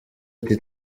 ati